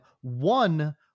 one